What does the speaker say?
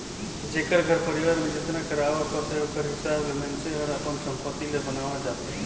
जेकर घर परिवार में जेतना कर आवक होथे ओकर हिसाब ले मइनसे हर अपन संपत्ति ल बनावत जाथे